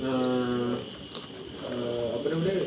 err err apa nama dia